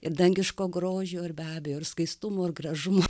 ir dangiško grožio ir be abejo ir skaistumo ir gražumo